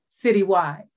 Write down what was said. citywide